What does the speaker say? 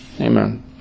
Amen